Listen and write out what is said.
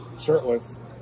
shirtless